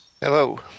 Hello